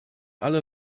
alle